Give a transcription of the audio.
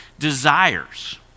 desires